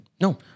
No